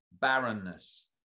barrenness